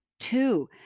Two